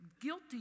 Guilty